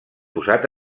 posat